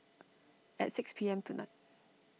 at six P M tonight